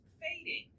fading